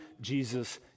Jesus